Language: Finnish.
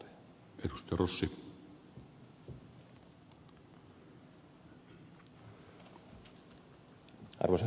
arvoisa herra puhemies